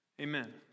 Amen